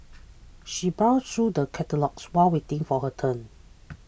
she browsed through the catalogues while waiting for her turn